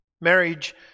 Marriage